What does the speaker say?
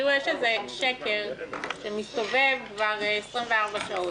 יש שקר שמסתובב כבר 24 שעות,